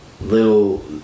little